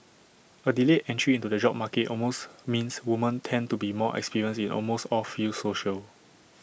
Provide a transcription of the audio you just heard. A delayed entry into the job market almost means women tend to be more experienced in almost all fields social